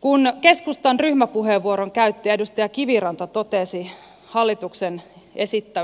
kun keskustan ryhmäpuheenvuoron käyttäjä edustaja kiviranta totesi